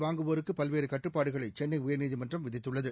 வாங்குவோருக்கு பல்வேறு கட்டுப்பாடுகளை சென்னை உயர்நீதிமன்றம் விதித்துள்ளது